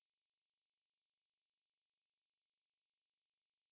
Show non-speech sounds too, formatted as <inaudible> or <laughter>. !aiya! 以后没有用的 <laughs> integral